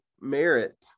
merit